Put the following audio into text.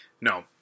No